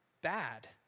bad